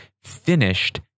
finished